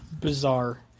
bizarre